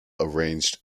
arranged